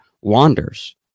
wanders